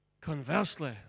Conversely